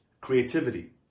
creativity